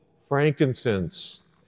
frankincense